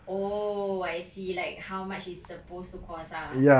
oh I see like how much it's supposed to cost ah